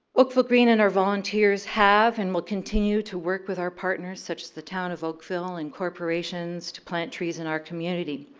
oakville green and our volunteers have and will continue to work with our partners such as the town of oakville and corporations to plant trees in our community.